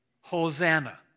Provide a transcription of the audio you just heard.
Hosanna